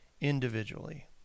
individually